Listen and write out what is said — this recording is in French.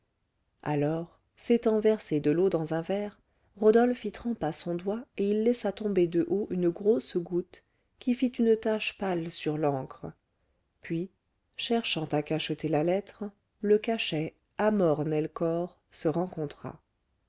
alors s'étant versé de l'eau dans un verre rodolphe y trempa son doigt et il laissa tomber de haut une grosse goutte qui fit une tache pâle sur l'encre puis cherchant à cacheter la lettre le cachet amor nel cor se rencontra